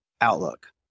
Outlook